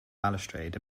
balustrade